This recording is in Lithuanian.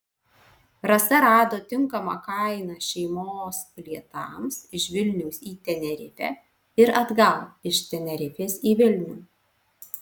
rasa rado tinkamą kainą šeimos bilietams iš vilniaus į tenerifę ir atgal iš tenerifės į vilnių